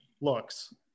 looks